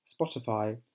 spotify